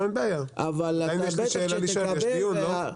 אין בעיה, עדיין יש לי שאלה לשאול, יש דיון, לא?